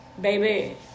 baby